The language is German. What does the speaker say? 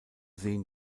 sehen